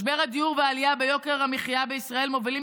משבר הדיור והעלייה ביוקר המחיה בישראל מובילים